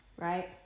right